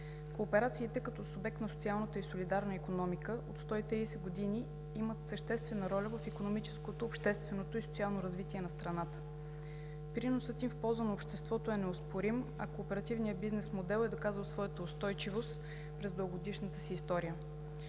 Кооперациите, като субект на социалната и солидарна икономика, от 130 години имат съществена роля в икономическото, общественото и социалното развитие на страната. Приносът им в полза на обществото е неоспорим, а кооперативният бизнес модел е доказал своята устойчивост през дългогодишната си история.